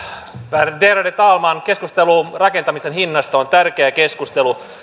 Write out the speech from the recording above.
värderade talman keskustelu rakentamisen hinnasta on tärkeä keskustelu